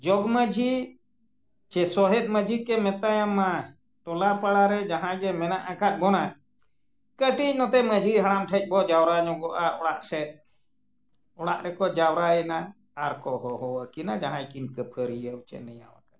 ᱡᱚᱜᱽ ᱢᱟᱺᱡᱷᱤ ᱥᱮ ᱥᱚᱦᱮᱫ ᱢᱟᱺᱡᱷᱤ ᱠᱚ ᱢᱮᱛᱟᱭᱟᱢ ᱢᱟ ᱴᱚᱞᱟ ᱯᱟᱲᱟᱨᱮ ᱡᱟᱦᱟᱸᱭ ᱜᱮ ᱢᱮᱱᱟᱜ ᱟᱠᱟᱫ ᱵᱚᱱᱟ ᱠᱟᱹᱴᱤᱡ ᱱᱚᱛᱮ ᱢᱟᱺᱡᱷᱤ ᱦᱟᱲᱟᱢ ᱴᱷᱮᱱ ᱵᱚ ᱡᱟᱣᱨᱟ ᱧᱚᱜᱚᱜᱼᱟ ᱚᱲᱟᱜ ᱥᱮᱫ ᱚᱲᱟᱜ ᱨᱮᱠᱚ ᱡᱟᱣᱨᱟᱭᱮᱱᱟ ᱟᱨ ᱠᱚ ᱦᱚᱦᱚᱣᱟᱠᱤᱱᱟ ᱡᱟᱦᱟᱸᱭ ᱠᱤᱱ ᱠᱟᱹᱯᱷᱟᱹᱨᱤᱭᱟᱹ ᱥᱮ ᱱᱮᱭᱟᱣ ᱟᱠᱟᱱᱟ